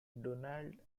donald